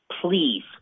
please